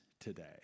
today